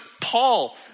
Paul